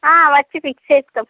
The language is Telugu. ఆ వచ్చి ఫిక్స్ చేస్తాం